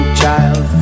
child